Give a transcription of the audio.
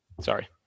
Sorry